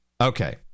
Okay